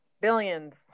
Billions